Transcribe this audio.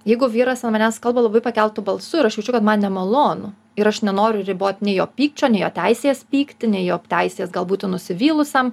jeigu vyras ant manęs kalba labai pakeltu balsu ir aš jaučiu kad man nemalonu ir aš nenoriu ribot nei jo pykčio nei jo teisės pykti nei jo teisės gal būti nusivylusiam